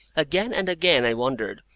again and again i wondered,